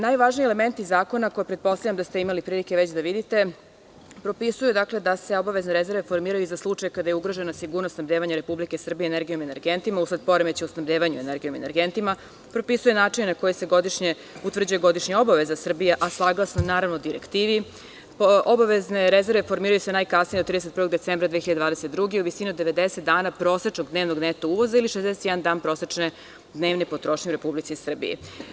Najvažniji elementi zakona koje pretpostavljam da ste imali prilike već da vidite propisuju da se obavezne rezerve formiraju za slučaj kada je ugrožena sigurnost snabdevanja Republike Srbije energijom i energentima usled poremećaja u snabdevanju energijom i energentima, način na koji se utvrđuje godišnja obaveza Srbije, a saglasno direktivi, obavezne rezerve formiraju se najkasnije do 31. decembra 2022. u visini od 90 dana prosečnog dnevnog neto uvoza ili 61 dan prosečne dnevne potrošnje u Republici Srbiji.